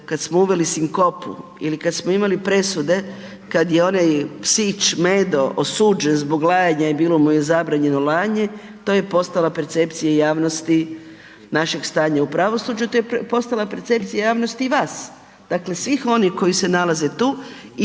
kad smo uveli sinkopu ili kad smo imali presude kad je onaj psić Medo osuđen zbog lajanja i bilo mu je zabranjeno lajanje, to je postala percepcija javnosti našeg stanja u pravosuđu, te je postala percepcija javnosti i vas, dakle svih oni koji se nalaze tu